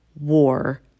war